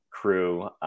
crew